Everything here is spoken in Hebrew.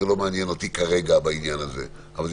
שלא מעניין אותי כרגע בעניין הזה אלא